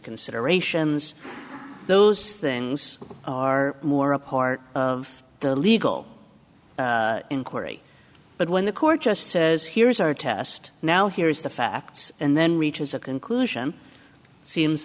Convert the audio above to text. considerations those things are more a part of the legal inquiry but when the court just says here's our test now here's the facts and then reaches a conclusion seems